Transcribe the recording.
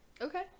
Okay